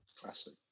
classic